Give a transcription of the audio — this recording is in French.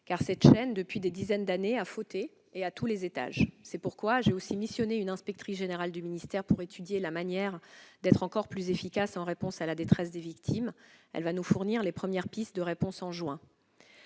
car cette chaîne, depuis des dizaines d'années, a fauté à tous les étages. C'est pourquoi j'ai aussi missionné une inspectrice générale du ministère pour étudier la manière d'être encore plus efficace en réponse à la détresse des victimes. Elle nous fournira ses premières pistes de réponse en juin.